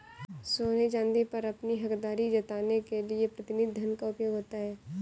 सोने चांदी पर अपनी हकदारी जताने के लिए प्रतिनिधि धन का उपयोग होता है